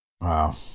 wow